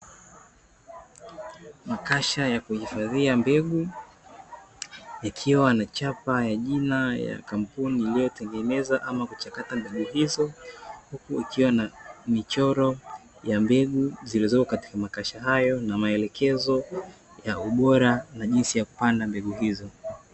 Makasha ya kuhifadhia mbegu, yakiwa na chapa ya jina ya kampuni iliyotengeneza ama kuchakata mbegu hizo, huku ikiwa na michoro ya mbegu zilizopo katika makasha hayo na maelekezo ya ubora na jinsi ya kupanda mbegu hizo.